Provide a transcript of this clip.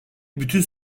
bütün